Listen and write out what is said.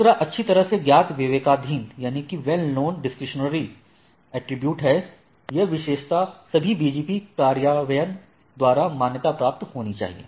दूसरा अच्छी तरह से ज्ञात विवेकाधीन एट्रिब्यूट है यह विशेषता सभी BGP कार्यान्वयन द्वारा मान्यता प्राप्त होनी चाहिए